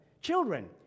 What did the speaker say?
Children